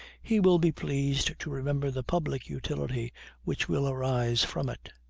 he will be pleased to remember the public utility which will arise from it.